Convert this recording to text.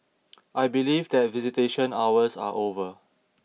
I believe that visitation hours are over